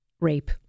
rape